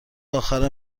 آخر